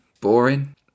Boring